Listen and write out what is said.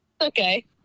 okay